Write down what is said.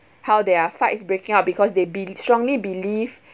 how there are fights breaking out because they be~ strongly believe